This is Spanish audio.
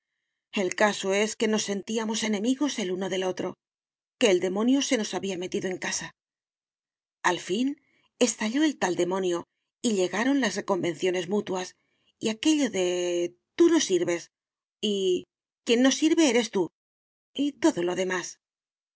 el caso es que nos sentíamos enemigos el uno del otro que el demonio se nos había metido en casa y al fin estalló el tal demonio y llegaron las reconvenciones mutuas y aquello de tú no sirves y quien no sirve eres tú y todo lo demás